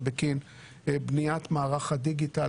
זה בגין בניית מערך הדיגיטל,